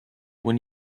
when